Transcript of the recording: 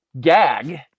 gag